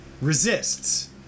resists